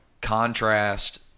contrast